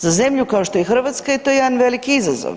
Za zemlju kao što je Hrvatska je to jedan veliki izazov.